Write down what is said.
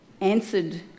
answered